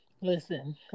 Listen